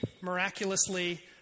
miraculously